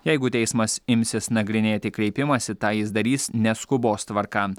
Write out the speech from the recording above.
jeigu teismas imsis nagrinėti kreipimąsi tą jis darys ne skubos tvarka